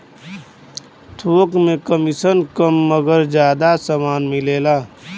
थोक में कमिसन कम मगर जादा समान मिलेला